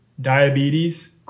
diabetes